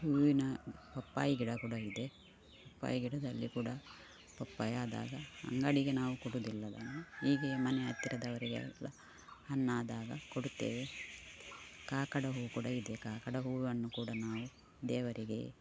ಹೂವಿನ ಪಪ್ಪಾಯಿ ಗಿಡ ಕುಡ ಇದೆ ಪಪ್ಪಾಯಿ ಗಿಡದಲ್ಲಿ ಕುಡ ಪಪ್ಪಾಯಿ ಆದಾಗ ಅಂಗಡಿಗೆ ನಾವು ಕೊಡುವುದಿಲ್ಲ ಅದನ್ನು ಹೀಗೆಯೇ ಮನೆಯ ಹತ್ತಿರದವರಿಗೆಲ್ಲ ಹಣ್ಣಾದಾಗ ಕೊಡುತ್ತೇವೆ ಕಾಕಡ ಹೂ ಕೂಡ ಇದೆ ಕಾಕಡ ಹೂವನ್ನು ಕೂಡ ನಾವು ದೇವರಿಗೆ